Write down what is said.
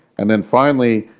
and then finally,